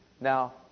Now